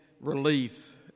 relief